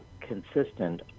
consistent